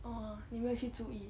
哦你没有去注意